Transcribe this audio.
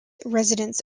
residents